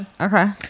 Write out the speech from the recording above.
Okay